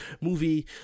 movie